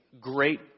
great